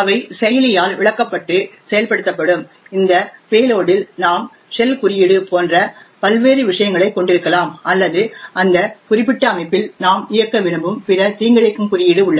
அவை செயலியால் விளக்கப்பட்டு செயல்படுத்தப்படும் இந்த பேலோடில் நாம் ஷெல் குறியீடு போன்ற பல்வேறு விஷயங்களைக் கொண்டிருக்கலாம் அல்லது அந்த குறிப்பிட்ட அமைப்பில் நாம் இயக்க விரும்பும் பிற தீங்கிழைக்கும் குறியீடு உள்ளது